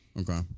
Okay